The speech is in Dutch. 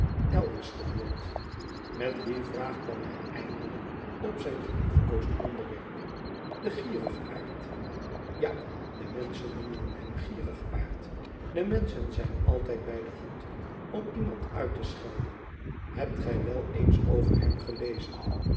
elwes gehoord met die vraag kwam hij eindelijk op zijn geliefkoosd onderwerp den gierigaard ja de menschen noemden hem gierigaard de menschen zijn altijd bij de hand om iemand uit te schelden hebt gij wel eens over hem gelezen